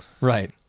Right